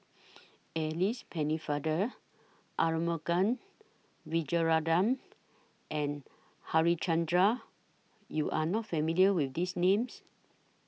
Alice Pennefather Arumugam Vijiaratnam and Harichandra YOU Are not familiar with These Names